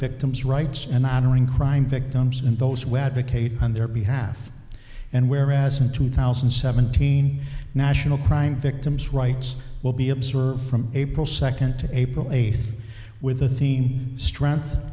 victim's rights and honoring crime victims and those on their behalf and where as in two thousand and seventeen national crime victims rights will be observed from april second to april eighth with the theme strength